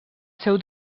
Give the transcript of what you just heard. seu